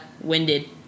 winded